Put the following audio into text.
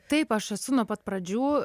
taip aš esu nuo pat pradžių